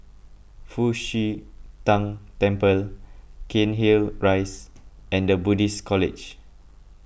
Fu Xi Tang Temple Cairnhill Rise and the Buddhist College